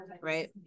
right